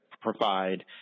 provide